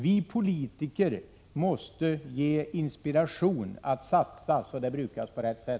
Vi politiker måste inspirera till att man satsar på denna verksamhet.